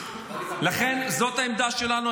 לכן, זאת העמדה שלנו.